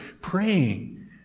praying